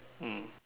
mm